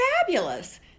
fabulous